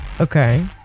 Okay